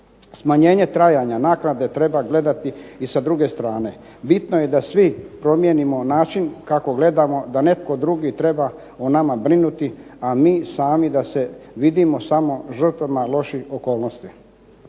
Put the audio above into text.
Smanjenje trajanja naknade treba gledati i sa druge strane. Bitno je da svi promijenimo način kako gledamo da netko drugi treba o nama brinuti, a mi sami da se vidimo samo žrtvama loših okolnosti.